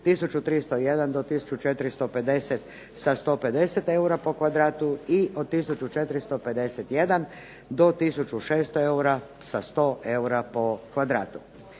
301 do tisuću 450 sa 150 eura po kvadratu, i od tisuću 451 do tisuću 600 eura sa 100 eura po kvadratu.